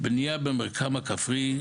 בנייה במרקם הכפרי,